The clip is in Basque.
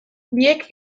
biek